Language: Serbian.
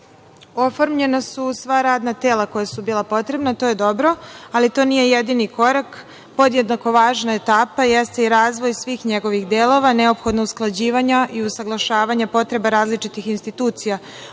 oformljena su sva radna tela koja su bila potrebna, to je dobro, ali to nije jedini korak. Podjednako važna etapa jeste i razvoj svih njegovih delova, neophodna usklađivanja i usaglašavanja potreba različitih institucija